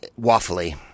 waffly